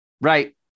right